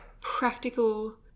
practical